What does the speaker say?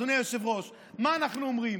אדוני היושב-ראש, מה אנחנו אומרים?